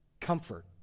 comfort